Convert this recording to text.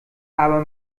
aber